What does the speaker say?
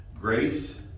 Grace